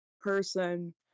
person